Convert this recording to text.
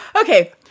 Okay